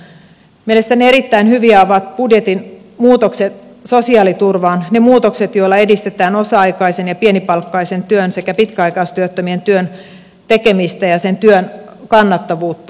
mielestäni erittäin hyviä ovat budjetin muutokset sosiaaliturvaan ne muutokset joilla edistetään osa aikaisen ja pienipalkkaisen työn sekä pitkäaikaistyöttömien työn tekemistä ja sen työn kannattavuutta